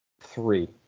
Three